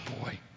boy